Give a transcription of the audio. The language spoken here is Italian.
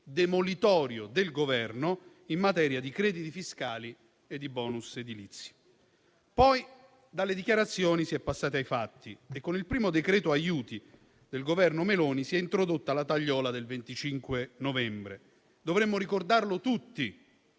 demolitorio del Governo in materia di crediti fiscali e di bonus edilizi. Poi dalle dichiarazioni si è passati ai fatti e con il primo decreto-legge aiuti del Governo Meloni si è introdotta la tagliola del 25 novembre. Dovremmo ricordare tutti